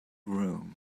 room